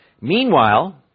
Meanwhile